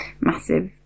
massive